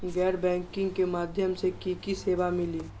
गैर बैंकिंग के माध्यम से की की सेवा मिली?